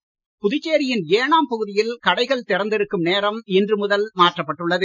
ஏனாம் புதுச்சேரியின் ஏனாம் பகுதியில் கடைகள் திறந்திருக்கும் நேரம் இன்று முதல் மாற்றப்பட்டுள்ளது